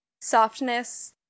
softness